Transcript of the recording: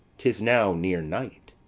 tis now near night.